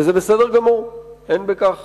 וזה בסדר גמור, אין בכך